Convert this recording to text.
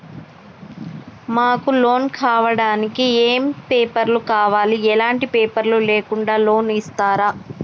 మాకు లోన్ కావడానికి ఏమేం పేపర్లు కావాలి ఎలాంటి పేపర్లు లేకుండా లోన్ ఇస్తరా?